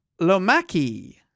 Lomaki